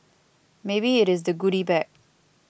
maybe it is the goody bag